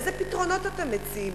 איזה פתרונות אתם מציעים?